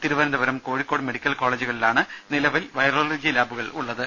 Thiruvananthapuram Kozhikode medical കോളേജുകളിലാണ് നിലവിൽ virology ലാബുകൾ ഉള്ളത്